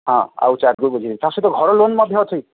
ହଁ ଆଉ chart book ବୁଝେଇବି ତା' ସହିତ ଘର ଲୋନ୍ ମଧ୍ୟ ଅଛି